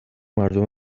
مردم